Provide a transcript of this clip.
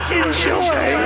enjoy